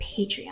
Patreon